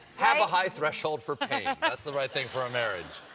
have a high threshhold for pain, that is the right thing for a marriage.